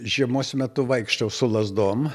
žiemos metu vaikštau su lazdom